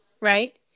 right